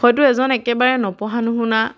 হয়তো এজন একেবাৰে নপঢ়া নুশুনা